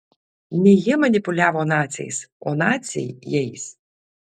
ne jie manipuliavo naciais o naciai jais